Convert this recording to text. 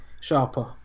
sharper